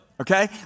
Okay